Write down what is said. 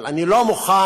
אבל אני לא מוכן